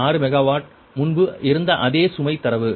6 megawatt முன்பு இருந்த அதே சுமை தரவு